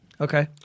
okay